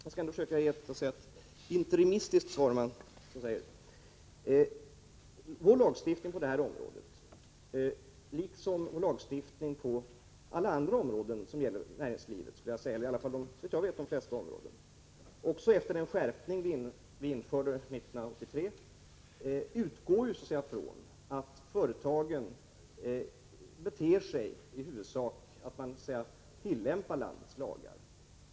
Jag skall ändå försöka ge vad man kan kalla ett interimistiskt svar. Vår lagstiftning på detta område — liksom lagstiftningen på, såvitt jag vet, de flesta andra områden som gäller näringslivet — utgår från, också efter den skärpning vi införde 1983, att företagen tillämpar landets lagar.